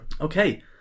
okay